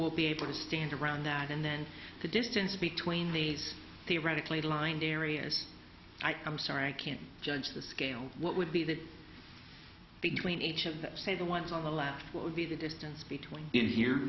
will be able to stand around that and then the distance between the theoretically blind areas i'm sorry i can't judge the scale what would be the between each of that say the ones on the last would be the distance between in here